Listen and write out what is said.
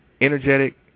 energetic